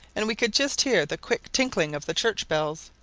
and we could just hear the quick tinkling of the church bells,